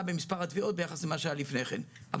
במספר התביעות ביחס למה שהיה לפני כן,